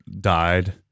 died